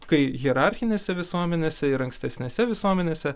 kai hierarchinėse visuomenėse ir ankstesnėse visuomenėse